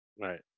Right